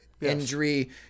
injury